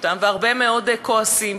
והרבה מאוד כועסים,